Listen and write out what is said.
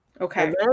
Okay